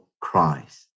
Christ